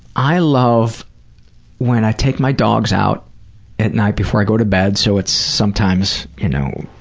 i love when i take my dogs out at night before i go to bed, so it's sometimes, you know,